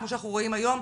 כמו שאנחנו רואים היום,